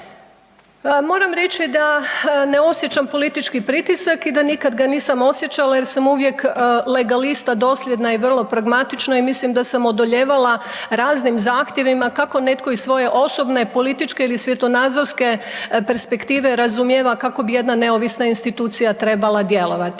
Moram reći da ne osjećam politički pritisak i da nikad ga nisam osjećala jer sam uvijek legalista, dosljedna i vrlo pragmatična i mislim da sam odolijevala raznim zahtjevima kako netko iz svoje osobne, političke ili svjetonazorske perspektive razumijeva kako bi jedna neovisna institucija trebala djelovati.